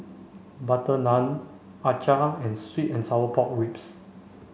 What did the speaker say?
Butter Naan Acar and sweet and sour pork ribs